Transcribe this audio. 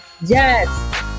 Yes